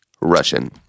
Russian